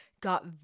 got